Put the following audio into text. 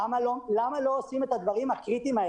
למה לא עושים את הדברים הקריטיים?